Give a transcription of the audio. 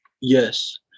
Yes